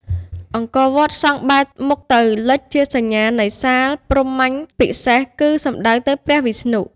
អង្គរវត្តសង់បែរមុខទៅ លិច ជាសញ្ញានៃសាលព្រហ្មញ្ញពិសេស គឺសំដៅទៅព្រះវិស្ណុ។